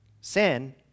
Sin